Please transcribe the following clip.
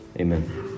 Amen